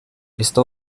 esto